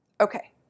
Okay